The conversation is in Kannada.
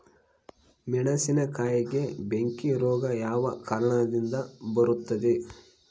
ಮೆಣಸಿನಕಾಯಿಗೆ ಬೆಂಕಿ ರೋಗ ಯಾವ ಕಾರಣದಿಂದ ಬರುತ್ತದೆ?